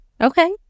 Okay